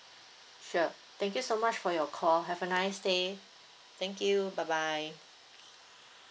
sure thank you so much for your call have a nice day thank you bye bye